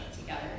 together